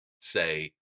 say